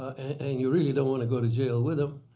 and you really don't want to go to jail with them.